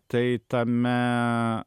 tai tame